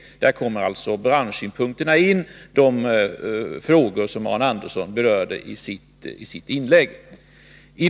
Där kommer alltså branschsynpunkterna — de frågor som Arne Andersson berör i sitt inlägg — in.